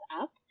up